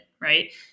right